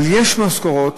אבל יש משכורות